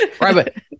Right